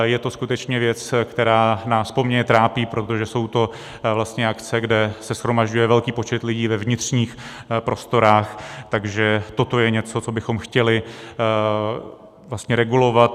Je to skutečně věc, která nás poměrně trápí, protože jsou to vlastně akce, kde se shromažďuje velký počet lidí ve vnitřních prostorách, takže toto je něco, co bychom chtěli regulovat.